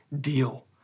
deal